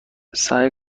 سعی